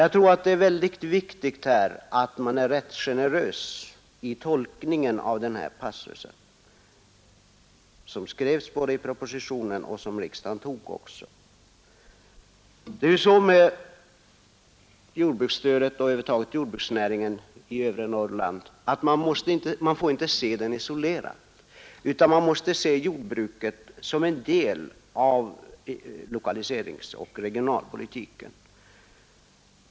Jag tror att det är mycket viktigt att generositeten finns vid tolkningen av riksdagsbeslutet och de intentioner som utredningen hade. Jordbruksstödet och över huvud taget jordbruksnäringen i övre Norrland får inte ses isolerat, utan man måste se jordbruket som en del av lokaliseringsoch regionalpolitiken.